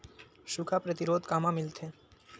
सुखा प्रतिरोध कामा मिलथे?